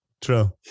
True